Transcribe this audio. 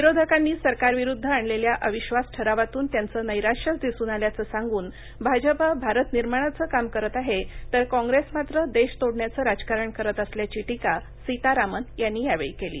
विरोधकांनी सरकारविरुद्ध आणलेल्या अविधास ठरावातून त्यांच नैराश्यच दिसून आल्याचं सांगून भाजपा भारत निर्माणाचं काम करत आहे तर काँप्रेस मात्र देश तोडण्याचं राजकारण करत असल्याची टीका सीतारामन यांनी यावेळी केली